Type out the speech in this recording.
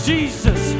Jesus